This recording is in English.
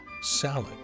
salad